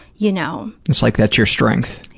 you know. it's like that's your strength.